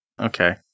Okay